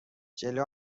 جلو